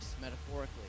metaphorically